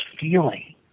feeling